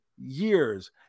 years